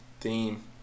theme